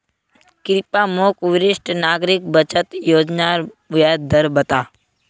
कृप्या मोक वरिष्ठ नागरिक बचत योज्नार ब्याज दर बता